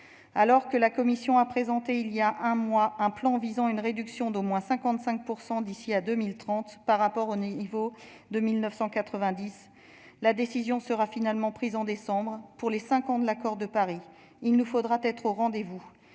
Alors que la Commission a présenté, il y a un mois, un plan visant à une réduction d'au moins 55 % d'ici à 2030 des émissions de gaz à effet de serre par rapport à 1990, la décision sera finalement prise en décembre, pour les cinq ans de l'accord de Paris. Il nous faudra être au rendez-vous.